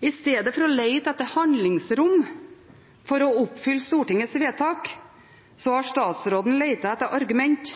I stedet for å lete etter handlingsrom for å oppfylle Stortingets vedtak har statsråden lett etter argument